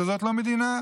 שזאת לא מדינה.